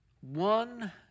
One